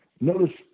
Notice